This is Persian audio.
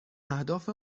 اهداف